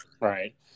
Right